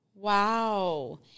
Wow